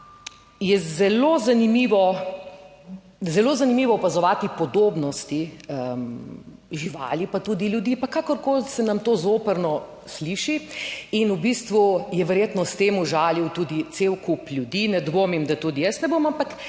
zelo zanimivo opazovati podobnosti živali, pa tudi ljudi, pa kakorkoli se nam to zoprno sliši in v bistvu je verjetno s tem užalil tudi cel kup ljudi, ne dvomim, da tudi jaz ne bom, ampak